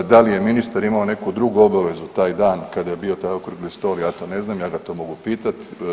Da li je ministar imao neku drugu obavezu taj dan kada je bio taj okrugli stol, ja to ne znam, ja ga to mogu pitat.